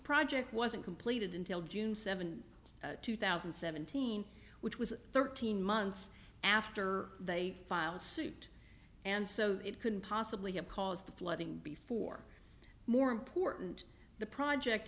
project wasn't completed until june seventh two thousand and seventeen which was thirteen months after they filed suit and so it couldn't possibly have caused the flooding before more important the project